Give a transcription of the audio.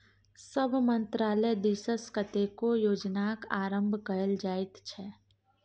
सभ मन्त्रालय दिससँ कतेको योजनाक आरम्भ कएल जाइत छै